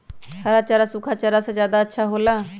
हरा चारा सूखा चारा से का ज्यादा अच्छा हो ला?